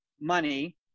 money